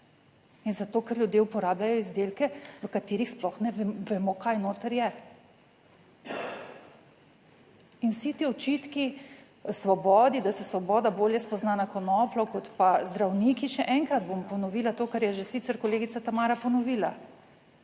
In zato, ker ljudje uporabljajo izdelke, v katerih sploh ne vemo, kaj noter je. In vsi ti očitki Svobodi, da se Svoboda bolje spozna na konopljo kot pa zdravniki, še enkrat bom ponovila to, kar je že sicer kolegica Tamara ponovila,